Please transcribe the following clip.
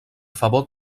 favor